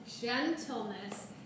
gentleness